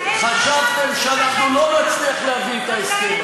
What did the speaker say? חשבתם שאנחנו לא נצליח להביא את ההסכם הזה.